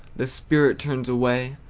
the spirit turns away,